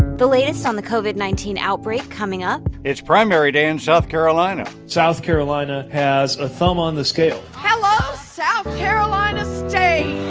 the latest on the covid nineteen outbreak coming up it's primary day in south carolina south carolina has a thumb on the scale hello, south carolina so state